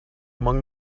among